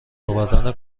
آوردن